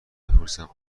بپرسم